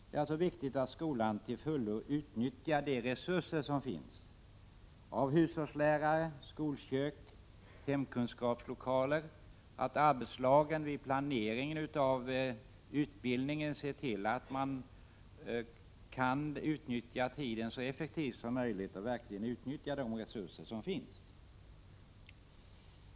Det är viktigt att skolan till fullo utnyttjar de resurser som finns i form av hushållslärare, skolkök och hemkunskapslokaler samt att arbetslagen vid planeringen av utbildningen ser till att man kan använda tiden och de resurser som finns så effektivt som möjligt.